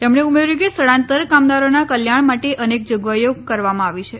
તેમણે ઉમેર્યું કે સ્થળાંતર કામદારોના કલ્યાણ માટે અનેક જોગવાઈઓ કરવામાં આવી છે